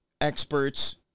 experts